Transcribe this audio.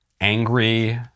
angry